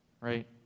right